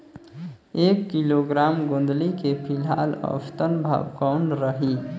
एक किलोग्राम गोंदली के फिलहाल औसतन भाव कौन रही?